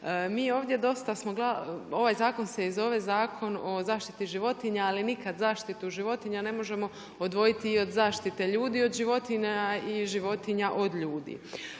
ovaj zakon se i zove Zakon o zaštiti životinja, ali nikad zaštitu životinja ne možemo odvojiti i od zaštite ljudi, od životinja i životinja od ljudi.